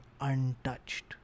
untouched